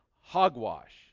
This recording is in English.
hogwash